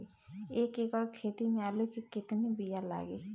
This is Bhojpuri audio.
एक एकड़ खेती में आलू के कितनी विया लागी?